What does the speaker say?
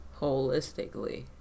Holistically